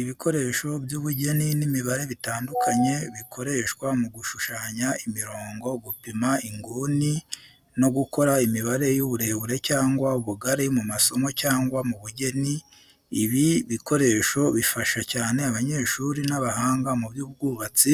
Ibikoresho by’ubugeni n’imibare bitandukanye bikoreshwa mu gushushanya imirongo, gupima inguni no gukora imibare y’uburebure cyangwa ubugari mu masomo cyangwa mu bugeni. Ibi bikoresho bifasha cyane abanyeshuri n’abahanga mu by’ubwubatsi,